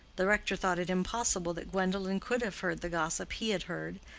the rector thought it impossible that gwendolen could have heard the gossip he had heard,